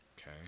okay